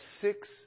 six